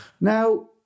Now